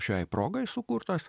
šiai progai sukurtos